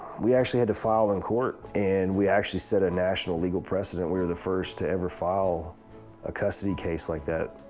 we actually had to file in court, and we actually set a national legal precedent. we were the first to ever file a custody case like that,